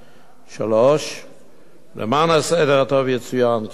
3. למען הסדר הטוב יצוין כי כיום,